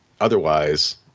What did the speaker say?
otherwise